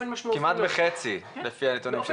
כמעט בחצי לפי הנתונים של קנדה.